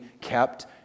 kept